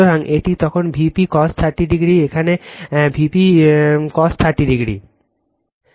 সুতরাং এটি তখন Vp cos 30o এখানে Vp cos 30o